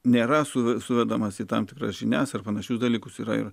nėra su suvedamas į tam tikras žinias ar panašius dalykus yra ir